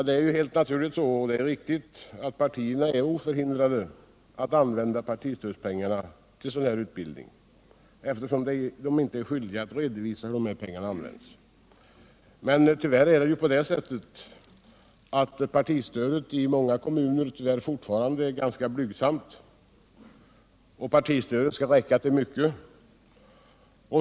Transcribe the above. Det är naturligtvis riktigt att partierna är oförhindrade att använda partistödspengarna till en sådan här utbildning, eftersom de inte är skyldiga att redovisa hur pengarna används. Men tyvärr är det också så att partistödet i många kommuner fortfarande är ganska blygsamt, och det skall räcka till mycket.